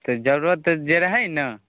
तऽ जरूरत जे रहै ने